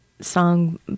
song